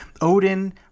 Odin